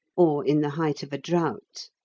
or in the height of a drought.